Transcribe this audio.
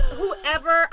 whoever